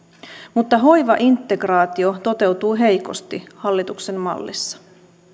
mutta hoivaintegraatio toteutuu heikosti hallituksen mallissa